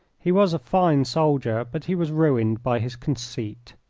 he was a fine soldier, but he was ruined by his conceit.